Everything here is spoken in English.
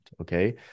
okay